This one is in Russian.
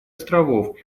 островов